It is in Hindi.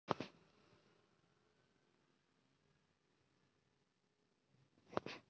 राष्ट्रीय मंडी में आलू प्रति कुन्तल का क्या भाव चल रहा है?